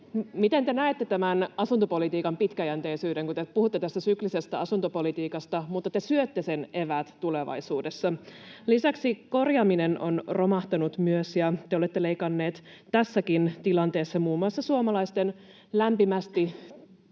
Miten te näette tämän asuntopolitiikan pitkäjänteisyyden, kun te puhutte tästä syklisestä asuntopolitiikasta mutta te syötte sen eväät tulevaisuudessa? Lisäksi korjaaminen on romahtanut, ja te olette leikanneet tässäkin tilanteessa muun muassa suomalaisten lämpimästi